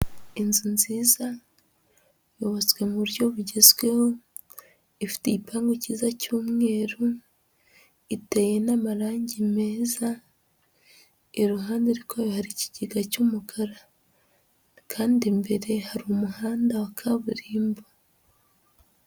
Inzu nziza yubatswe mu buryo bugezweho, ifite igipangu cyiza cy'umweru, iteye n'amarangi meza, iruhande rwayo hari ikigega cy'umukara kandi imbere hari umuhanda wa kaburimbo.